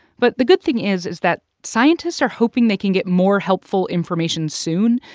but the good thing is is that scientists are hoping they can get more helpful information soon.